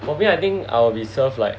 for me I think I'll be served like